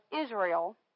Israel